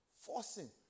forcing